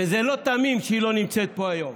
שזה לא תמים שהיא לא נמצאת פה היום.